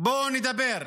בואו נדבר.